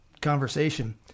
conversation